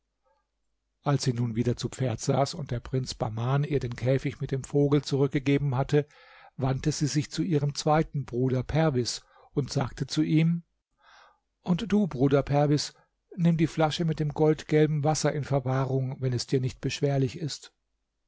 als sie nun wieder zu pferd saß und der prinz bahman ihr den käfig mit dem vogel zurückgegeben hatte wandte sie sich zu ihrem zweiten bruder perwis und sagte zu ihm und du bruder perwis nimm die flasche mit dem goldgelben wasser in verwahrung wenn es dir nicht beschwerlich ist